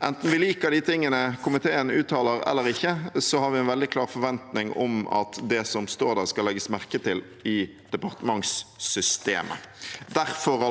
enten vi liker de tingene komiteen uttaler, eller ikke, har vi en veldig klar forventning om at det som står der, skal legges merke til i departementssystemet. Derfor